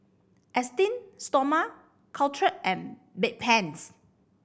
Esteem Stoma Caltrate and Bedpans